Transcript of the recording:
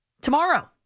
tomorrow